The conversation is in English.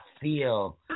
feel